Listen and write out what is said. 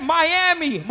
Miami